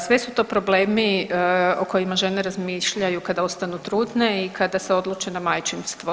Sve su to problemi o kojima žene razmišljaju kad ostanu trudne i kada se odluče na majčinstvo.